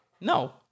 no